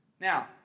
Now